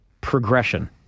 progression